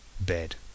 bed